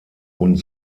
und